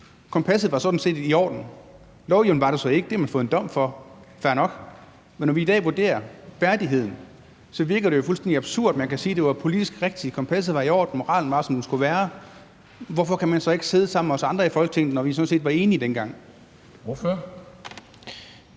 kompasset sådan set var i orden. Lovhjemlen var der så ikke, og det har man fået en dom for – fair nok. Men når vi i dag vurderer værdigheden, virker det jo fuldstændig absurd at sige, at det var politisk rigtigt, at kompasset var i orden, og at moralen var, som den skulle være, men at man så ikke kan sidde sammen med os andre i Folketinget, når vi sådan set var enige dengang.